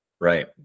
right